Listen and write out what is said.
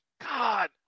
God